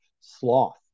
sloth